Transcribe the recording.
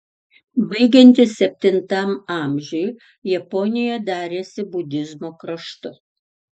baigiantis septintam amžiui japonija darėsi budizmo kraštu